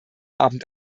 abend